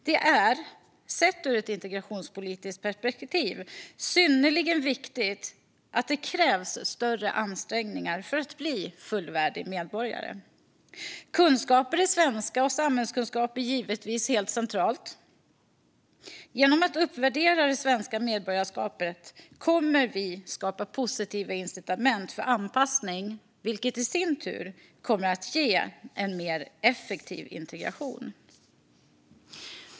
Det är, sett ur ett integrationspolitiskt perspektiv, synnerligen viktigt att det krävs större ansträngningar för att bli fullvärdig medborgare. Kunskaper i svenska och samhällskunskap är givetvis helt centralt. Genom att uppvärdera det svenska medborgarskapet kommer vi att skapa positiva incitament för anpassning, vilket i sin tur kommer att ge en mer effektiv integration.